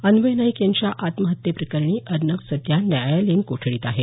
अन्वय नाईक यांच्या आत्महत्येप्रकरणी अर्णब सध्या न्यायालयीन कोठडीत आहेत